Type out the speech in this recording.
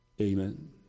Amen